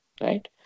right